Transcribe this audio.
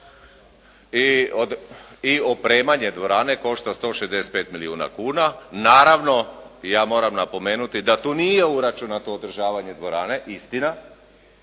i opremanje dvorane košta 165 milijuna kuna. Naravno, ja moram napomenuti da tu nije uračunato održavanje dvorane istina